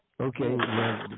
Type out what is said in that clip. okay